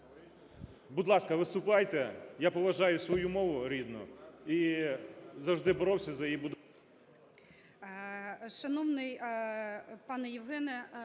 будь ласка, виступайте, я поважаю свою мову рідну і завжди боровся за її…